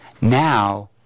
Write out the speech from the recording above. Now